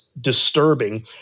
disturbing